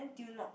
n_t_u not